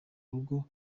rugo